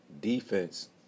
defense